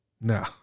no